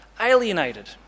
alienated